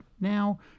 now